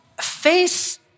face